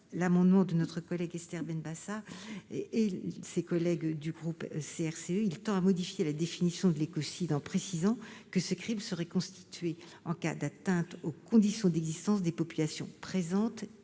1 rectifié de notre collègue Esther Benbassa et des autres membres du groupe CRCE, il tend à modifier la définition de l'écocide, en précisant que ce crime serait constitué en cas d'atteinte aux conditions d'existence des populations présentes